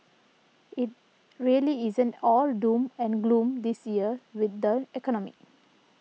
it really isn't all doom and gloom this year with the economy